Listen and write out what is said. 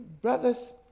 brothers